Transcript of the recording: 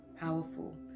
powerful